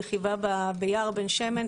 רכיבה ביער בן שמן.